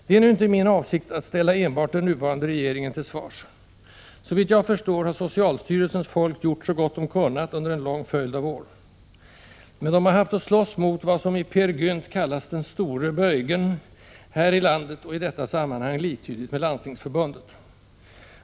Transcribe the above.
Det är nu inte min avsikt att ställa enbart den nuvarande regeringen till svars. Såvitt jag förstår har socialstyrelsens folk gjort så gott man kunnat under en lång följd av år. Men man har haft att slåss mot vad som i ”Peer Gynt” kallas ”den store Böjgen” — här i landet och i detta sammanhang liktydigt med Landstingsförbundet.